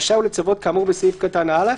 רשאי הוא לצוות כאמור בסעיף קטן קטן (א):